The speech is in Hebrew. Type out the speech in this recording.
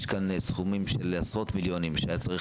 יש כאן סכומים של עשרות מיליונים שהיה צריך